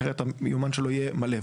כי אחרת היומן שלו יהיה מלא.